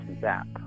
zap